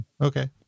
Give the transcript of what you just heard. Okay